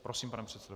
Prosím, pane předsedo.